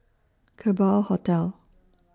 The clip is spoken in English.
Kerbau Hotel